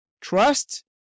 trust